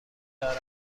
دارد